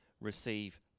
receive